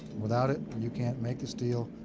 without it, you can't make the steel,